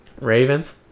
Ravens